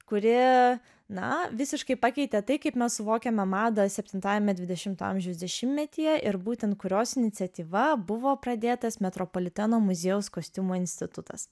kuri na visiškai pakeitė tai kaip mes suvokiame madą septintajame dvidešimto amžiaus dešimtmetyje ir būtent kurios iniciatyva buvo pradėtas metropoliteno muziejaus kostiumo institutas